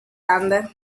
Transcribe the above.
ande